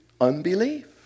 unbelief